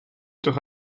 toch